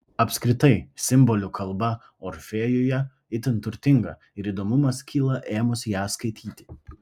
apskritai simbolių kalba orfėjuje itin turtinga ir įdomumas kyla ėmus ją skaityti